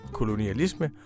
kolonialisme